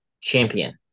champion